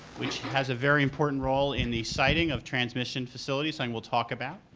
which has a very important role in the siting of transmission facilities and will talk about.